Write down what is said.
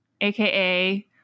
aka